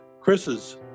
Chris's